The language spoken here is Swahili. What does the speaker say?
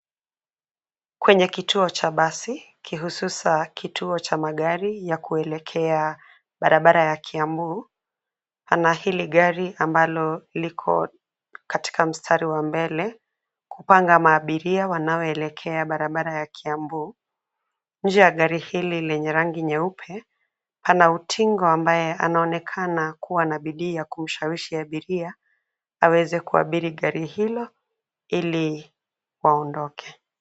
Kwenye kituo cha basi, kihususa kituo cha magari ya kuelekea barabara ya Kiambu. Pana hili gari ambalo liko katika mstari wa mbele, kupanga maabiria wanaoelekea barabara ya Kiambu. Nje ya gari hili lenye rangi nyeupe, pana utingo ambaye anaonekana kuwa na bidii ya kumshawishi abiria, aweze kuabiri gari hilo, ili waondoke.